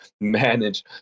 manage